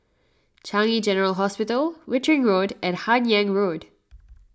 Changi General Hospital Wittering Road and Hun Yeang Road